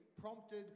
Prompted